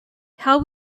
how